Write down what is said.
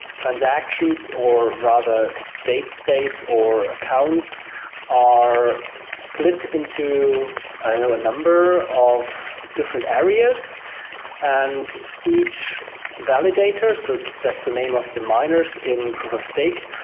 transactions or rather state space or accounts are split into a number of different areas and each validator. so that's the name of the miners in proof of stake.